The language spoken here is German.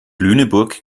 lüneburg